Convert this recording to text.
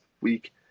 week